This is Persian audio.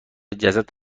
جسد